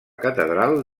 catedral